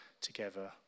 together